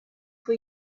for